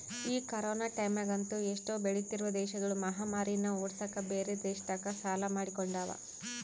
ಈ ಕೊರೊನ ಟೈಮ್ಯಗಂತೂ ಎಷ್ಟೊ ಬೆಳಿತ್ತಿರುವ ದೇಶಗುಳು ಮಹಾಮಾರಿನ್ನ ಓಡ್ಸಕ ಬ್ಯೆರೆ ದೇಶತಕ ಸಾಲ ಮಾಡಿಕೊಂಡವ